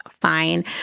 Fine